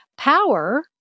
Power